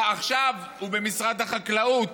עכשיו הוא במשרד החקלאות.